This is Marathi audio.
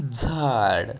झाड